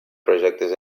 projectes